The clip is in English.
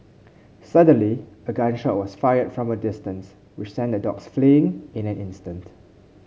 suddenly a gun shot was fired from distance which sent the dogs fleeing in an instant